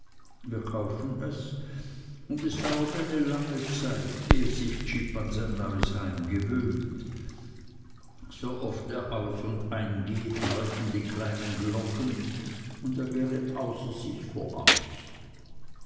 wir kaufen es und es dauert lange zeit ehe sich jip an sein neues heim gewöhnt so oft er aus und eingeht läuten die kleinen glocken und er gerät außer sich vor angst